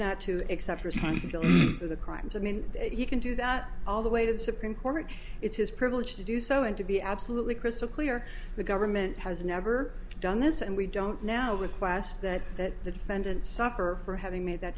responsibility for the crimes i mean you can do that all the way to the supreme court it's his privilege to do so and to be absolutely crystal clear the government has never done this and we don't now request that that the defendant suffer for having made that